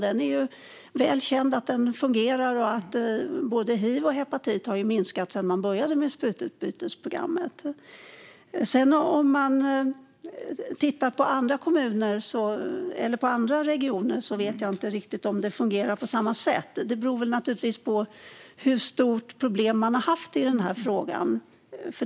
Det är väl känt att det fungerar med sprututbytesprogrammet och att både hiv och hepatit har minskat sedan man började med det. I andra regioner vet jag inte om det fungerar på samma sätt. Det beror naturligtvis på hur stora problem man har haft i den här frågan.